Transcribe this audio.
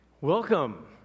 Welcome